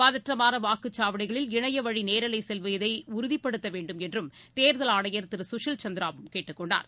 பதற்றமான வாக்குச்சாவடிகளில் இணையவழி நேரலை செய்வதை உறுதிபடுத்த வேண்டும் என்று தோ்தல் ஆணையர் திரு சுஷில் சந்திராவும் கேட்டுக்கொண்டார்